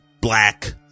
black